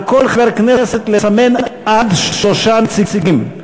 על כל חבר כנסת לסמן עד שלושה נציגים.